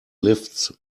lifts